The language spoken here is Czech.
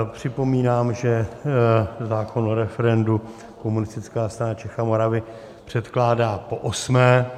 Připomínám, že zákon o referendu Komunistická strana Čech a Moravy předkládá poosmé.